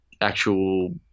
actual